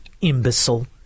imbecile